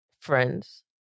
friends